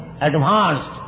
advanced